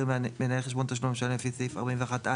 מנהל חשבון תשלום למשלם לפי סעיף 41(א),